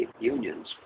unions